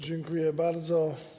Dziękuję bardzo.